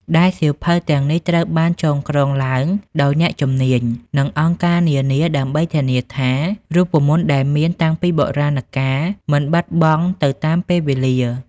ដែលសៀវភៅទាំងនេះត្រូវបានចងក្រងឡើងដោយអ្នកជំនាញ និងអង្គការនានាដើម្បីធានាថា រូបមន្តដែលមានតាំងពីបុរាណកាលមិនបាត់បង់ទៅតាមពេលវេលា។